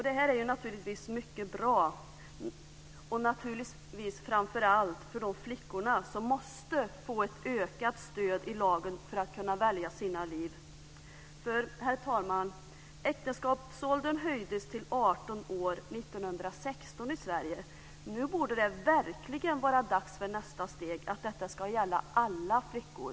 Detta är naturligtvis mycket bra, framför allt för de flickor som måste få ett ökat stöd i lagen för att kunna välja sina liv. Herr talman! Äktenskapsåldern i Sverige höjdes till 18 år 1916. Nu borde det verkligen vara dags för nästa steg, så att det gäller alla flickor.